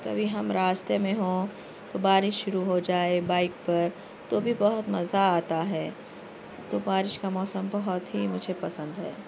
کبھی ہم راستے میں ہوں تو بارش شروع ہو جائے بائک پر تو بھی بہت مزہ آتا ہے تو بارش کا موسم بہت ہی مجھے پسند ہے